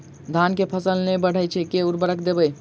धान कऽ फसल नै बढ़य छै केँ उर्वरक देबै?